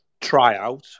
tryout